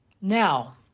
Now